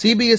CBS